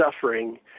suffering